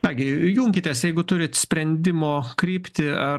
nagi junkitės jeigu turit sprendimo kryptį ar